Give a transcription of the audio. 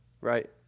Right